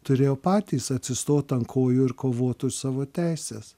turėjo patys atsistot ant kojų ir kovot už savo teises